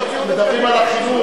מדברים על החינוך.